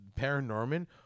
Paranorman